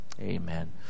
Amen